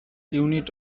unit